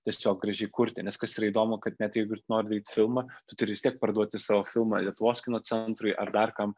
tiesiog gražiai kurti nes kas yra įdomu kad net jeigu ir tu nori daryt filmą tu turi vis tiek parduoti savo filmą lietuvos kino centrui ar dar kam